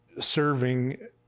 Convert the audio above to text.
serving